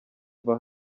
mva